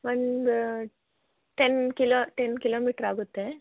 ಒಂದು ten kilo ten kilometre ಆಗುತ್ತೆ